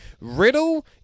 Riddle